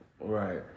Right